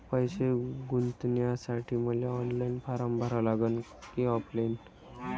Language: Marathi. पैसे गुंतन्यासाठी मले ऑनलाईन फारम भरा लागन की ऑफलाईन?